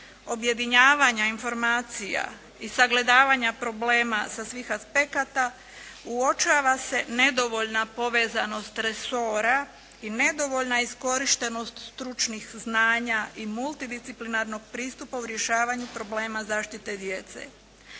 objedinjavanja informacija i sagledavanja problema sa svih aspekata uočava se nedovoljna povezanost resora i nedovoljna iskorištenost stručnih znanja i multidisciplinarnog pristupa u rješavanju problema zaštite djece.